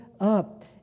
Up